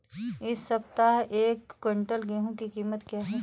इस सप्ताह एक क्विंटल गेहूँ की कीमत क्या है?